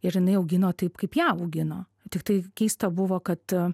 ir jinai augino taip kaip ją augino tiktai keista buvo kad